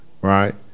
right